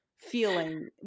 Feeling